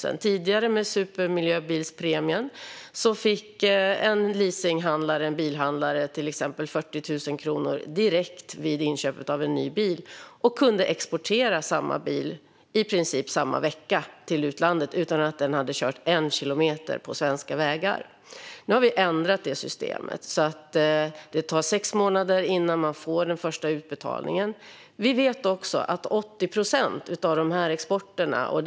I den tidigare supermiljöbilspremien fick till exempel en bilhandlare med leasingbilar 40 000 direkt vid inköp av en ny bil och kunde exportera samma bil till utlandet i princip samma vecka utan att den hade kört en enda kilometer på svenska vägar. Nu har vi ändrat systemet så att det tar sex månader innan man får den första utbetalningen. Vi vet också vilka länder 80 procent av dessa exporter går till.